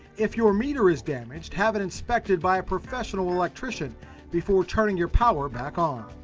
if your meter is damaged, have it inspected by a professional electrician before turning your power back on.